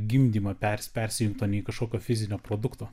gimdymą per persiimt o ne į kažkokio fizinio produkto